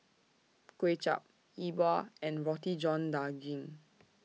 Kuay Chap E Bua and Roti John Daging